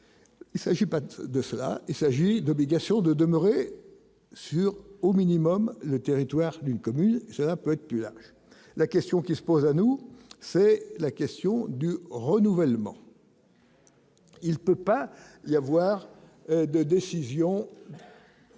il s'agit pas de cela, il s'agit d'obligation de demeurer sur au minimum le territoire d'une commune, c'est un peu la question qui se pose à nous, c'est la question du renouvellement. Il peut pas il y avoir des décisions.